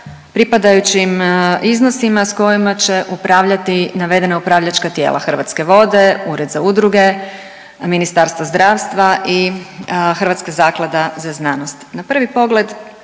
pripadajućim iznosima s kojima će upravljati navedena upravljačka tijela Hrvatske vode, Ured za udruge, Ministarstvo zdravstva i Hrvatska zaklada za znanost. Na prvi pogled